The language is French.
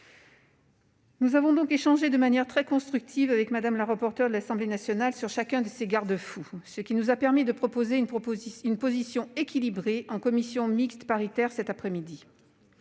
Nous avons échangé de manière très constructive avec Mme la rapporteure de l'Assemblée nationale sur chacun de ces garde-fous, ce qui nous a permis de proposer une position équilibrée en commission mixte paritaire cet après-midi.